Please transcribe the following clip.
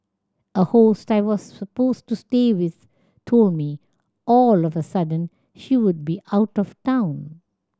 a host I was supposed to stay with told me all of a sudden she would be out of town